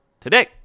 today